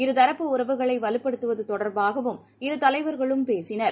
இரு தரப்பு உறவுகளை வலுப்படுத்துவது தொடர்பாகவும் இரு தலைவர்களும் பேசினர்